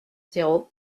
zéro